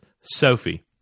sophie